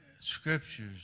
scriptures